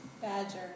Badger